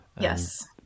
Yes